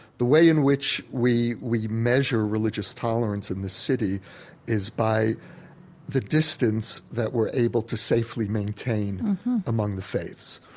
the way in which we we measure religious tolerance in this city is by the distance that we're able to safely maintain among the faiths.